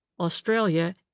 Australia